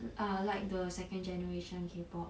I like the second generation K pop